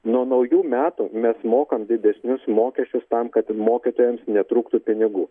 nuo naujų metų mes mokam didesnius mokesčius tam kad ten mokytojams netrūktų pinigų